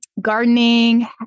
gardening